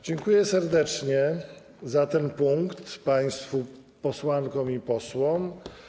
Dziękuję serdecznie za ten punkt państwu posłankom i posłom.